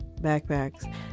backpacks